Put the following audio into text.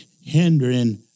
hindering